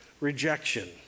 rejection